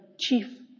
chief